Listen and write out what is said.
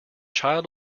child